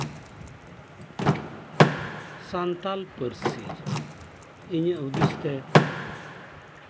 ᱥᱟᱱᱛᱟᱞ ᱯᱟᱹᱨᱥᱤ ᱤᱧᱟᱹᱜ ᱦᱩᱫᱤᱥᱛᱮ